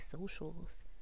socials